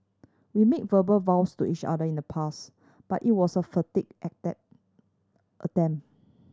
we made verbal vows to each other in the past but it was a futile attempt